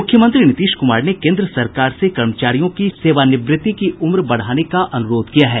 मुख्यमंत्री नीतीश कुमार ने केन्द्र सरकार से कर्मचारियों की सेवानिवृत्ति की उम्र बढ़ाने का अनुरोध किया है